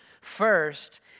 First